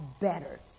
better